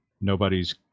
nobody's